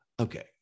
Okay